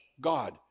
God